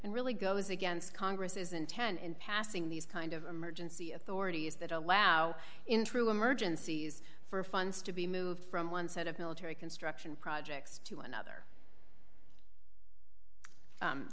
and really goes against congress is intent in passing these kind of emergency authorities that allow in through emergencies for funds to be moved from one set of military construction projects to another